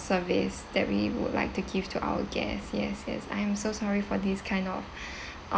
service that we would like to give to our guests yes yes yes I am so sorry for this kind of